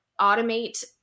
automate